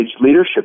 leadership